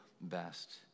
best